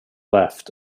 left